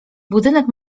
budynek